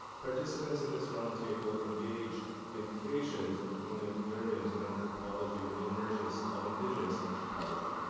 participants in this roundtable engage the implications of colonial deliriums in anthropology and the emergence of indigenous anthropology.